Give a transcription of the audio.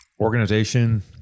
Organization